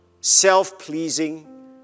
self-pleasing